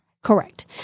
Correct